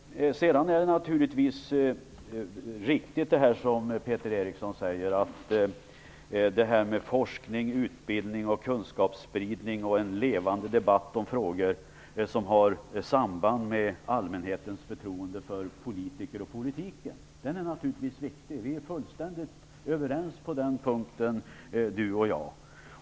Det är naturligtvis riktigt, som Peter Eriksson säger, att det är viktigt med forskning, utbildning, kunskapsspridning och en levande debatt om frågor som har samband med allmänhetens förtroende för politiker och politik. Vi är fullständigt överens på den punkten.